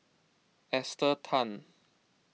Esther Tan